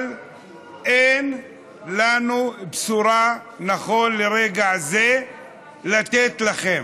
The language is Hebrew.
אבל אין לנו בשורה נכון לרגע הזה לתת לכם.